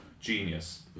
Genius